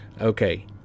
Okay